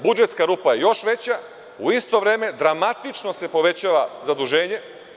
Budžetska rupa je još veća, u isto vreme dramatično se povećava zaduženje.